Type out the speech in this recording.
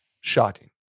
shocking